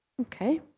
okay.